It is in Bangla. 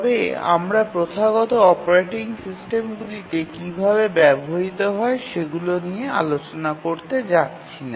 তবে আমরা প্রথাগত অপারেটিং সিস্টেমগুলিতে কিভাবে ব্যবহৃত হয় সেগুলি নিয়ে আলোচনা করব না